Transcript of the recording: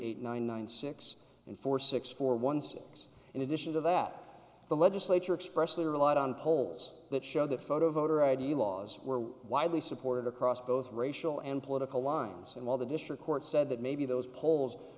eight nine nine six and four six four one six in addition to that the legislature expressed they relied on polls that showed that photo voter id laws were widely supported across both racial and political lines and while the district court said that maybe those pol